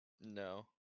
No